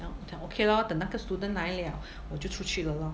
我讲 okay lor 等那个 student 来 liao 我就出去了 lor